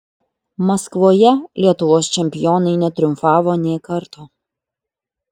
maskvoje lietuvos čempionai netriumfavo nė karto